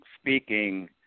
speaking